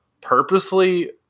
purposely